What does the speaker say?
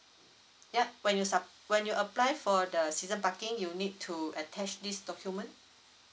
ya when you sup~ when you apply for the season parking you need to attach this document